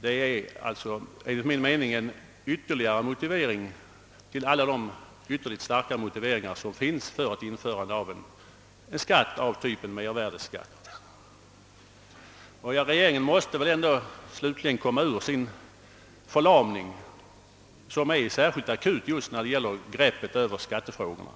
Detta är enligt min mening ytterligare en motivering till införandet av en skatt av typen mervärdeskatt förutom alla de andra starka motiveringarna därför. Regeringen måste väl ändå snart komma ur sin förlamning, som är särskilt akut när det gäller greppet på skattefrågorna.